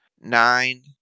nine